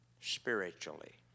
spiritually